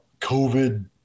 COVID